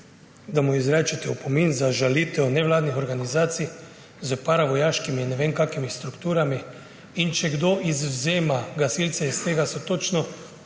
izrečete opomin za žalitev nevladnih organizacij s paravojaškimi in ne vem kakšnimi strukturami. In če kdo izvzema gasilce iz tega, so točno